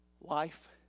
life